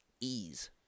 ease